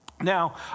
Now